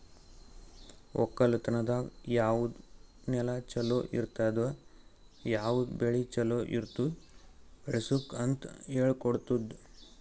ಒಕ್ಕಲತನದಾಗ್ ಯಾವುದ್ ನೆಲ ಛಲೋ ಇರ್ತುದ, ಯಾವುದ್ ಬೆಳಿ ಛಲೋ ಇರ್ತುದ್ ಬೆಳಸುಕ್ ಅಂತ್ ಹೇಳ್ಕೊಡತ್ತುದ್